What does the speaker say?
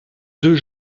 deux